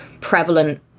prevalent